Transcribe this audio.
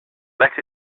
let